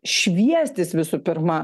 šviestis visų pirma